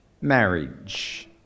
marriage